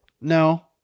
no